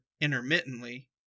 intermittently